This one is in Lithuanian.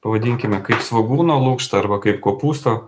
pavadinkime kaip svogūno lukštą arba kaip kopūsto